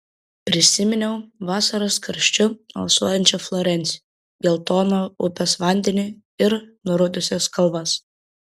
prisiminiau vasaros karščiu alsuojančią florenciją geltoną upės vandenį ir nurudusias kalvas